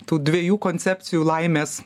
tų dviejų koncepcijų laimės